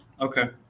Okay